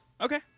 Okay